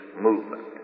movement